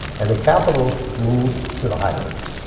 and the capitals move to the highlands.